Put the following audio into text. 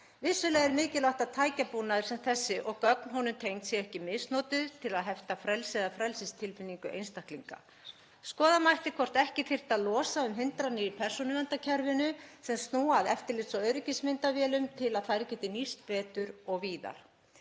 Vissulega er mikilvægt að tækjabúnaður sem þessi og gögn honum tengd séu ekki misnotuð til að hefta frelsi eða frelsistilfinningu einstaklinga. Skoða mætti hvort ekki þyrfti að losa um hindranir í persónuverndarkerfinu sem snúa að eftirlits- og öryggismyndavélum til að þær geti nýst betur og víðar.